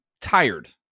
tired